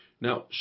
Now